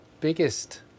biggest